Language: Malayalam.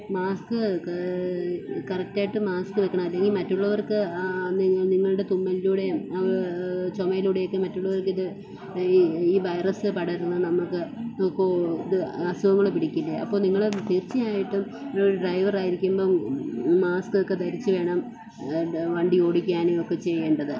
മാസ്ക് കറക്റ്റ് ആയിട്ട് മാസ്ക് വയ്ക്കണം അല്ലെങ്കിൽ മറ്റുള്ളവർക്ക് നിങ്ങൾ നിങ്ങളുടെ തുമ്മലിലൂടെയും ചുമയിലൂടെയും ഒക്കെ മറ്റുള്ളവർക്ക് ഇത് ഈ ഈ വൈറസ് പടർന്ന് നമുക്ക് കോ ഇത് അസുഖങ്ങൾ പിടിക്കില്ലേ അപ്പോൾ നിങ്ങൾ തീർച്ചയായിട്ടും ഒരു ഡ്രൈവർ ആയിരിക്കുമ്പം മാസ്ക് ഒക്കെ ധരിച്ചു വേണം ഡ് വണ്ടി ഓടിക്കാനും ഒക്കെ ചെയ്യേണ്ടത്